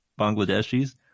Bangladeshis